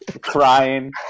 Crying